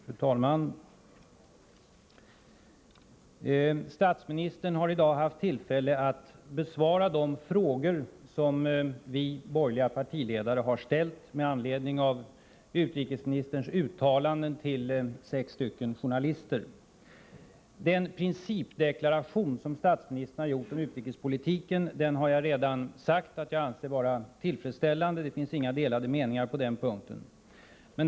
Fru talman! Statsministern har i dag haft tillfälle att besvara de frågor som vi borgerliga partiledare har ställt med anledning av utrikesministerns uttalanden till sex journalister. Jag har redan sagt att jag anser att den principdeklaration som statsministern har gjort om utrikespolitiken är tillfredsställande. Det finns inga delade meningar på den punkten.